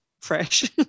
fresh